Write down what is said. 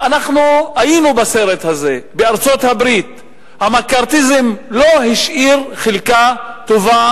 אנחנו היינו בסרט הזה: בארצות-הברית המקארתיזם לא השאיר חלקה טובה